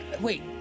wait